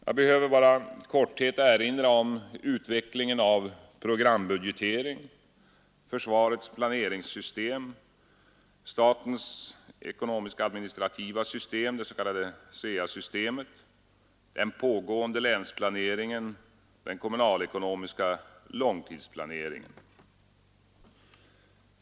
Jag behöver endast i korthet erinra om utvecklingen av programbudgetering, försvarets planeringssystem, statens ekonomiskt-administrativa system — det s.k. SEA-systemet — den pågående länsplaneringen och den kommunalekonomiska långtidsplaneringen.